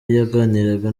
yaganiraga